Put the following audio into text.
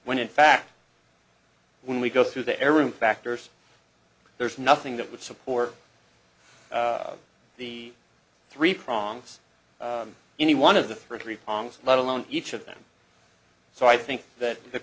when in fact when we go through the air route factors there's nothing that would support the three prongs any one of the three prongs let alone each of them so i think that the